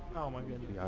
oh my goodness.